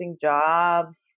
jobs